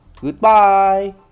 goodbye